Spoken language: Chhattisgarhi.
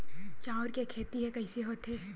चांउर के खेती ह कइसे होथे?